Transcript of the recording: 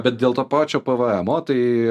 bet dėl to pačio pvmo tai